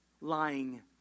lying